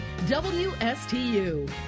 wstu